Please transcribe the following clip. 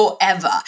forever